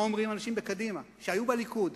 מה אומרים אנשים בקדימה שהיו בליכוד,